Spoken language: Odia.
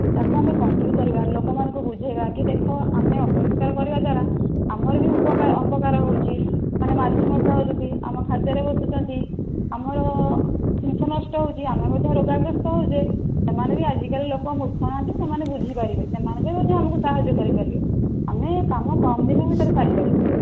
ତାକୁ ଆମେ କଣ୍ଟ୍ରୋଲ୍ କରିବା ଲୋକମାନଙ୍କୁ ବୁଝାଇବା କି ଦେଖ ଆମେ ଅପରିଷ୍କାର କରିବା ଦ୍ୱାରା ଆମର ବି ଉପକାର ଅପକାର ହେଉଛି ମାନେ ମାଛି ମଶା ହେଉଛନ୍ତି ଆମ ଖାଦ୍ୟରେ ବସୁଛନ୍ତି ଆମର ଜିନିଷ ନଷ୍ଟ ହେଉଛି ଆମେ ମଧ୍ୟ ରୋଗାଗ୍ରସ୍ତ ହେଉଛେ ସେମାନେ ବି ଆଜିକାଲି ଲୋକ ମୂର୍ଖ ନାହାନ୍ତି ସେମାନେ ବୁଝିପାରିବେ ସେମାନେ ବି ମଧ୍ୟ ଆମକୁ ସାହାଯ୍ୟ କରିପାରିବେ ଆମେ କାମ କମ୍ ଦିନ ଭିତରେ ସାରିପାରିବା